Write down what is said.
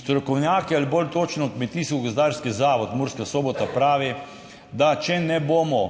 Strokovnjaki, ali bolj točno, Kmetijsko gozdarski zavod Murska Sobota pravi, da če ne bomo